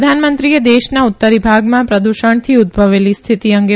પ્રધાનમંત્રીએ દેશના ઉત્તરી ભાગમાં પ્રદષણથી ઉદભવેલી સ્થિતિ અંગે